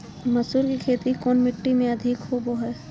मसूर की खेती कौन मिट्टी में अधीक होबो हाय?